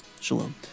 Shalom